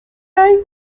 ahí